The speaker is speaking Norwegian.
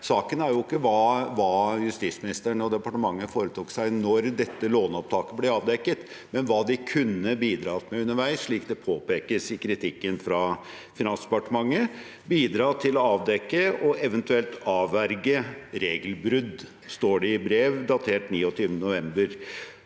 saken, er jo ikke hva justisministeren og departementet foretok seg da dette låneopptaket ble avdekket, men hva de kunne bidratt med underveis, slik det påpekes i kritikken fra Finansdepartementet. De «kunne ha bidratt til å avdekke, og ev. avverge, regelbrudd i saken» står det i brev datert 29. november.